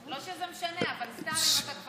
לא שזה משנה, אבל סתם, אם אתה כבר אומר.